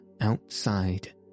outside